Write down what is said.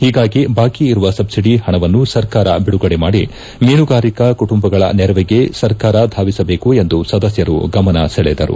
ಹೀಗಾಗಿ ಬಾಕಿ ಇರುವ ಸಬ್ಲಡಿ ಪಣವನ್ನು ಸರ್ಕಾರ ಬಿಡುಗಡೆ ಮಾಡಿ ಮೀನುಗಾರಿಕಾ ಕುಟುಂಬಗಳ ನೆರವಿಗೆ ಸರ್ಕಾರ ಧಾವಿಸಬೇಕು ಎಂದು ಸದಸ್ನರು ಗಮನ ಸೆಳೆದರು